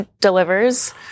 delivers